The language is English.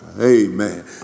Amen